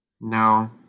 no